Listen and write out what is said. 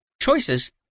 Choices